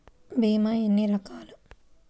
భీమ ఎన్ని రకాలు?